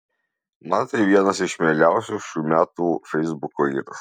man tai vienas iš mieliausių šių metų feisbuko įrašų